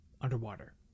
underwater